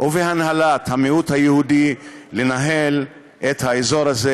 ובהנהלת המיעוט היהודי לנהל את האזור הזה